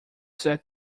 set